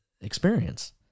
experience